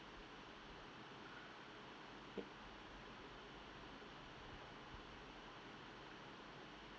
mm